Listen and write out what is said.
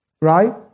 Right